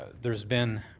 there's been,